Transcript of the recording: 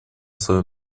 свое